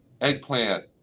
eggplant